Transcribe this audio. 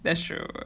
that's true